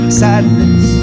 sadness